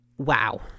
wow